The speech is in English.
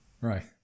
Right